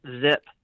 zip